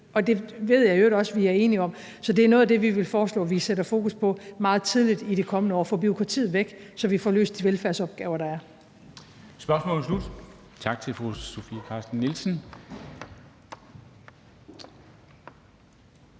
Det ved jeg i øvrigt også vi er enige om. Så det er noget af det, vi vil foreslå at vi sætter fokus på meget tidligt i det kommende år: at få bureaukratiet væk, så vi får løst de velfærdsopgaver, der er. Kl. 13:35 Formanden (Henrik Dam Kristensen):